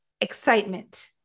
excitement